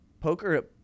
poker